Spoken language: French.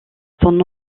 son